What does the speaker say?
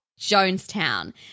Jonestown